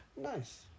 Nice